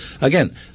Again